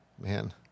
Man